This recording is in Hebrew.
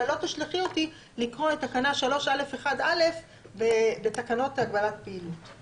ולא תשלחי אותי לקרוא את תקנה 3א(1)(א) בתקנות הגבלת הפעילות.